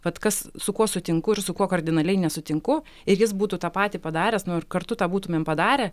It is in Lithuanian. vat kas su kuo sutinku ir su kuo kardinaliai nesutinku ir jis būtų tą patį padaręs nu ir kartu tą būtumėm padarę